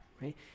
right